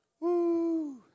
Woo